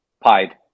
pied